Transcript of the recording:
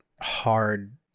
hard